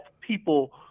people